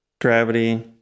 gravity